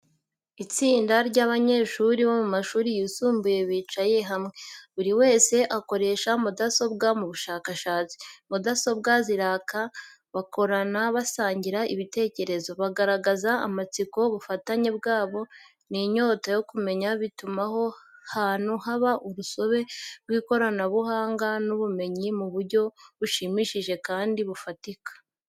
Itsinda ry’abanyeshuri bo mu mashuri yisumbuye bicaye hamwe, buri wese akoresha mudasobwa mu bushakashatsi. Mudasobwa ziraka, bakorana, basangira ibitekerezo, bagaragaza amatsiko. Ubufatanye bwabo n’inyota yo kumenya bituma aho hantu haba urusobe rw’ikoranabuhanga n’ubumenyi mu buryo bushimishije kandi bufatika.